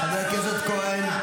חבר הכנסת גלעד.